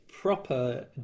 proper